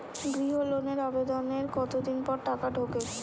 গৃহ লোনের আবেদনের কতদিন পর টাকা ঢোকে?